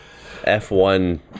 F1